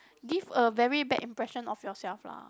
give a very bad impression of yourself lah